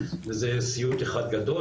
שזה סיוט אחד גדול,